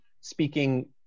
Speaking